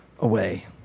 away